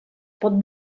pot